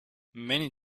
many